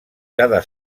cada